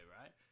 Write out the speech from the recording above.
right